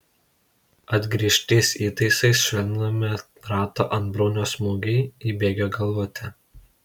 atgrįžties įtaisais švelninami rato antbriaunio smūgiai į bėgio galvutę